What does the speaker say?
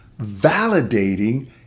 validating